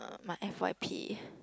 my F Y P